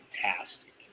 fantastic